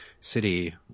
city